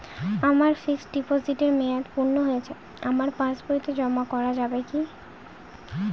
আমার ফিক্সট ডিপোজিটের মেয়াদ পূর্ণ হয়েছে আমার পাস বইতে জমা করা যাবে কি?